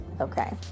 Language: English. Okay